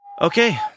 Okay